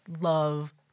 Love